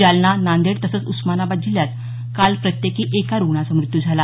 जालना नांदेड तसंच उस्मानाबाद जिल्ह्यात काल प्रत्येकी एका रुग्णाचा मृत्यू झाला